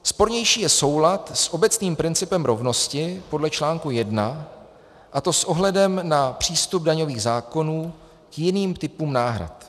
Spornější je soulad s obecným principem rovnosti podle článku 1, a to s ohledem na přístup daňových zákonů k jiným typům náhrad.